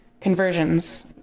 conversions